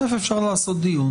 א', אפשר לעשות דיון.